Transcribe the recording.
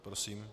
Prosím.